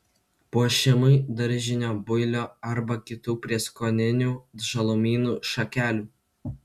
puošimui daržinio builio arba kitų prieskoninių žalumynų šakelių